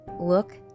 look